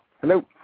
Hello